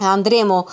Andremo